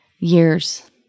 years